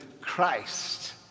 Christ